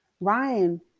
Ryan